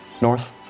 north